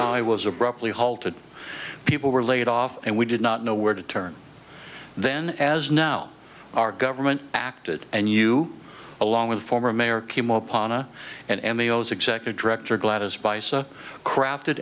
t i was abruptly halted people were laid off and we did not know where to turn then as now our government acted and you along with the former mayor came up on a and and the o's executive director glad as by so crafted